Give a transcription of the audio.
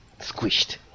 squished